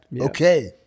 Okay